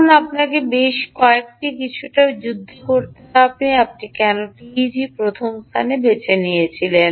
এখন আপনাকে বেশ কয়েকটি বিষয়ে যুদ্ধ করতে হবে আপনি কেন এই টিইজি প্রথম স্থানে বেছে নিয়েছিলেন